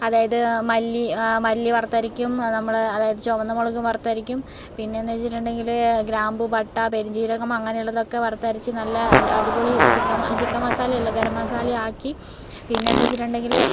അതായത് മല്ലി മല്ലി വറുത്തരയ്ക്കും നമ്മുടെ അതയത് ചുവന്ന മുളക് വറുത്തരക്കും പിന്നെന്ന് വെച്ചിട്ടുണ്ടെങ്കില് ഗ്രാമ്പു പട്ട പെരുംജീരകം അങ്ങനെയുള്ളതൊക്കെ വറുത്തരച്ച് നല്ല അടിപൊളി ചിക്കൻ ചിക്കൻ മസാലയല്ല ഗരം മസാലയാക്കി പിന്നെന്താന്ന് വെച്ചിട്ടുണ്ടെങ്കില്